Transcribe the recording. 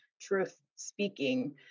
truth-speaking